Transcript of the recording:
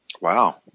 wow